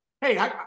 hey